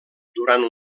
durant